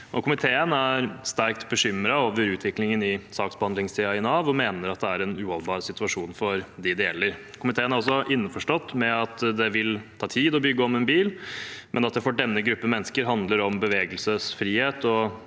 Komiteen er sterkt bekymret over utviklingen i saksbehandlingstiden i Nav og mener dette er en uholdbar situasjon for dem det gjelder. Komiteen er også innforstått med at det vil ta tid å bygge om en bil, men at det for denne gruppen mennesker handler om bevegelsesfrihet og